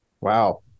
Wow